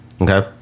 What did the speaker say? Okay